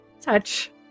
touch